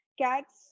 Cats